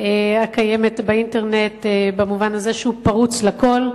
הקיימת באינטרנט, במובן הזה שהוא פרוץ לכול.